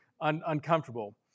uncomfortable